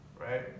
right